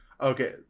okay